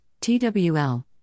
TWL